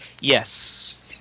Yes